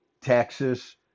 Texas